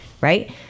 right